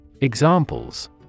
Examples